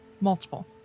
Multiple